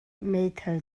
meithal